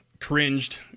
cringed